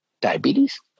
diabetes